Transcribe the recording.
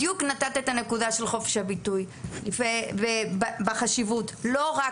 בדיוק נתת את הנקודה של חופש הביטוי ובחשיבות לא רק